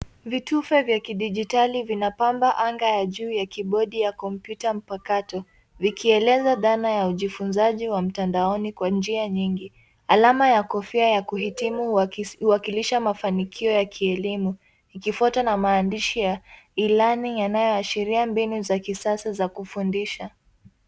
Vitufe vya kidijitali vinapamba anga ya juu ya kobodi ya kompyuta mpakato, vikieleza dhana ya ujifunzaji wa mtandaoni kwa njia nyingi. Alama ya kofia ya kuhitimu huwakilisha mafanikio ya kielimu ikifuatwa na maandishi ya ilani yanayoashiria mbinu za kisasa za kufundisha.